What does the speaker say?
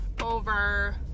over